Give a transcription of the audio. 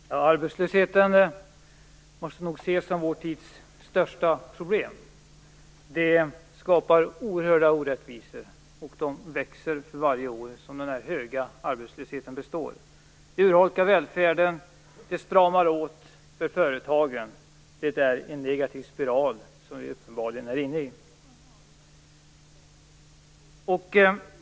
Fru talman! Arbetslösheten måste nog ses som vår tids största problem. Arbetslösheten skapar oerhörda orättvisor, och de växer för varje år som den höga arbetslösheten består. Välfärden urholkas, och situationen för företagen stramas åt. Det är en negativ spiral som vi uppenbarligen är inne i.